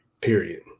Period